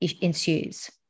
ensues